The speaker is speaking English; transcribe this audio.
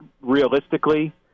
realistically